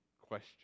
question